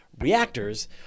reactors